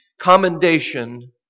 commendation